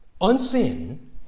unseen